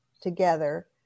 together